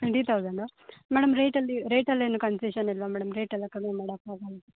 twenty thousand madam ರೇಟಲ್ಲಿ ರೇಟಲ್ಲಿ ಏನೂ ಕನ್ಸೇಷನ್ ಇಲ್ಲವಾ ಮೇಡಮ್ ರೇಟ್ ಎಲ್ಲ ಕಮ್ಮಿ ಮಾಡೋಕ್ಕಾಗಲ್ವ